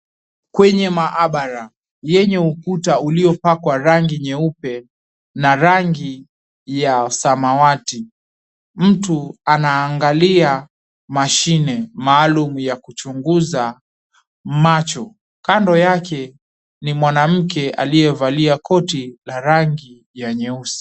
Kwenye maabara, yenye ukuta iliyopakwa rangi nyeupe , na rangi ya samawati . Mtu anaangalia mashine maalumu ya kuchunguza macho . Kando yake , ni mwanamke aliyevalia koti la rangi ya nyeusi.